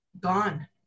gone